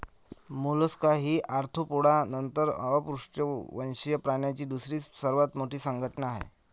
Mollusca ही Arthropoda नंतर अपृष्ठवंशीय प्राण्यांची दुसरी सर्वात मोठी संघटना आहे